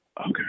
Okay